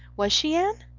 was she, anne?